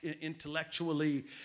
intellectually